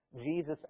Jesus